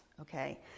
Okay